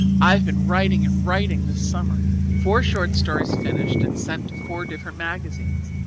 i've been writing and writing this summer four short stories finished and sent to four different magazines.